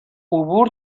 عبور